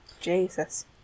Jesus